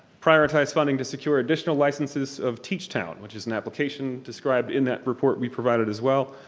prioritize funding to secure additional licenses of teachtown which is an application described in that report we provided as well.